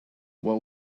what